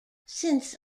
since